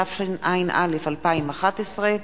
התשע"א 2011,